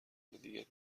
دیگری